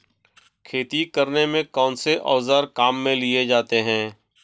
खेती करने में कौनसे औज़ार काम में लिए जाते हैं?